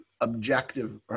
objective